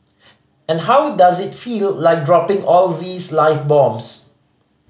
and how does it feel like dropping all these live bombs